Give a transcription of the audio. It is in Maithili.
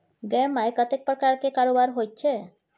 गै माय कतेक प्रकारक कारोबार होइत छै